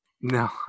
No